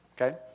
okay